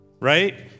right